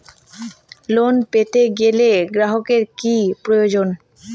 Loan পেতে গেলে গ্রাহকের কি প্রয়োজন?